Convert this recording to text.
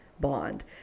bond